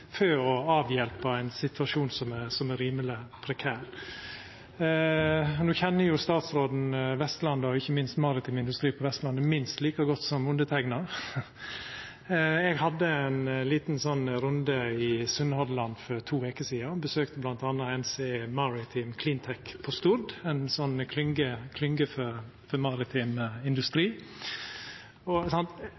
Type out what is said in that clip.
for å avhjelpa ein situasjon som er rimeleg prekær. No kjenner statsråden Vestlandet og ikkje minst maritim industri på Vestlandet minst like godt som underteikna. Eg hadde ein liten runde i Sunnhordland for to veker sidan og besøkte bl.a. NCE Maritime CleanTech på Stord, ei klynge for maritim industri.